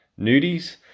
nudies